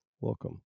Welcome